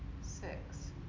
six